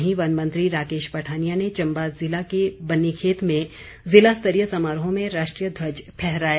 वहीं वन मंत्री राकेश पठानिया ने चंबा ज़िले के बनीखेत में ज़िला स्तरीय समारोह में राष्ट्रीय ध्वज फहराया